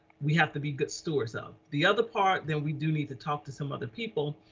we have to be good stewards of the other part that we do need to talk to some other people.